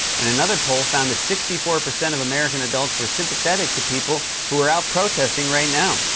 and another poll found that sixty four percent of american adults were sympathetic to people who are out protesting right now.